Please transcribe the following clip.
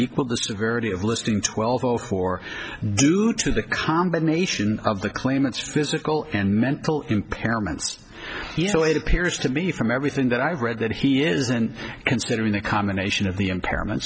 equal the severity of listing twelve o four due to the combination of the claimants physical and mental impairments so it appears to me from everything that i've read that he isn't considering the combination of the impairment